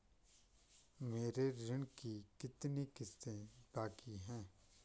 मेरे ऋण की कितनी किश्तें बाकी हैं?